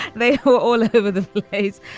they were all like over the place.